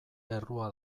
errua